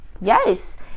yes